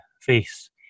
face